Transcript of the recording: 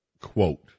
quote